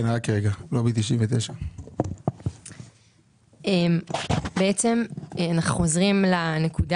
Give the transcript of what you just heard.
כן רק רגע לובי 99. בעצם אנחנו חוזרים לנקודה